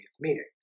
meeting